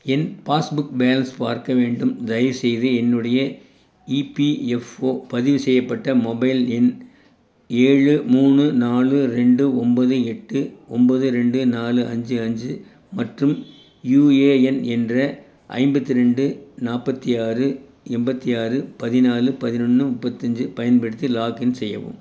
என் passbook balance பார்க்க வேண்டும் தயவுசெய்து என்னுடைய இபிஎஃப்ஓ பதிவு செய்யப்பட்ட மொபைல் எண் ஏழு மூணு நாலு ரெண்டு ஒன்போது எட்டு ஒன்போது ரெண்டு நாலு அஞ்சு அஞ்சு மற்றும் யுஏஎன் என்ற ஐம்பத்தி ரெண்டு நாற்பத்தி ஆறு எண்பத்தி ஆறு பதினாலு பதினொன்று முப்பத்தஞ்சு பயன்படுத்தி லாக்இன் செய்யவும்